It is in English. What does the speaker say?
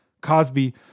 Cosby